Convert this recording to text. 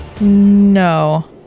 No